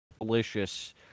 delicious